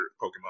Pokemon